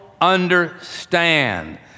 understand